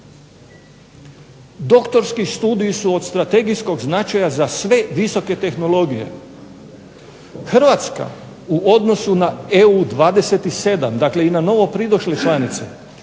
Doktorski studiji su od strategijskog značaja za sve visoke tehnologije. Hrvatska u odnosu na EU 27, dakle ima novopridošlih članica,